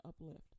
uplift